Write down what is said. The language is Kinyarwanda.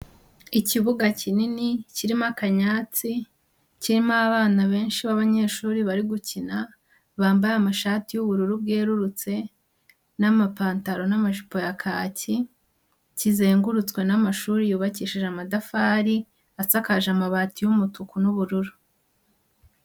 Ikibuga kinini kirimo akanyatsi, kirimo abana benshi b'abanyeshuri bari gukina, bambaye amashati y'ubururu bwerurutse n'amapantaro n'amajipo ya kaki, kizengurutswe n'amashuri yubakishije amatafari asakaje amabati y'umutuku n'ubururu.